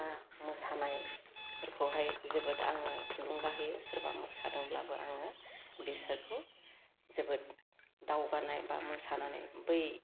बा मोसानाय फोरखौहाय जोबोद आङो थुलुंगा होयो सोरबा मोसादोंब्लाबो आङो बेसोरखौ जोबोद दावगानाय बा मोसानानै बै